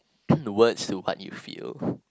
words to what you feel